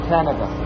Canada